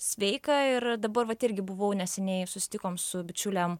sveika ir dabar vat irgi buvau neseniai susitikom su bičiulėm